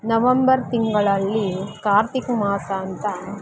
November ತಿಂಗಳಲ್ಲಿ ಕಾರ್ತಿಕ ಮಾಸ ಅಂತ